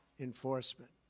enforcement